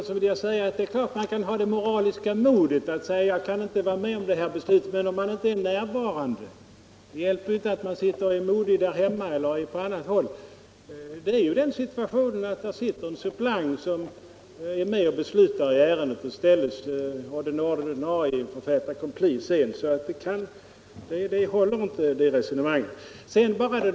Herr talman! Det är klart att man kan ha det moraliska modet att säga ”jag kan inte vara med om det här beslutet”. Men hur blir det om man inte är närvarande? Det hjälper ju inte att man sitter hemma eller på annat håll och är modig. I utskottet sitter en suppleant och beslutar i ärendet och den ordinarie ledamoten ställs inför fait accompli. Herr Johanssons i Trollhättan resonemang håller alltså inte.